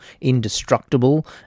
indestructible